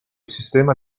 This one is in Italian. sistema